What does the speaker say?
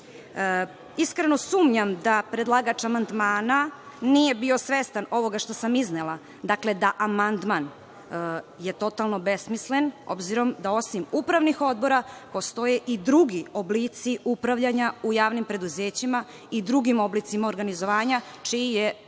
Iskreno, sumnjam da predlagač amandmana nije bio svestan ovoga što sam iznela, dakle, da je amandman potpuno besmislen, obzirom da osim upravnih odbora postoje i drugi oblici upravljanja u javnim preduzećima i drugim oblicima organizovanja čiji je